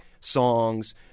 songs